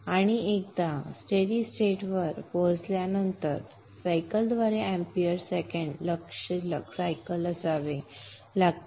आणि एकदा steady state वर पोहोचल्यानंतर सायकल द्वारे amp सेकंद बॅलन्ससायकल असावे लागते